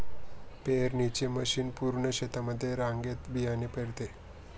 पेरणीची मशीन पूर्ण शेतामध्ये रांगेत बियाणे पेरते